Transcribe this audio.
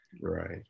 Right